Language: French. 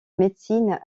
médecine